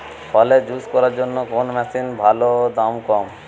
ফলের জুস করার জন্য কোন মেশিন ভালো ও দাম কম?